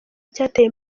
icyateye